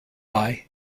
eye